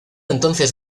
entonces